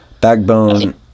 Backbone